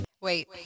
Wait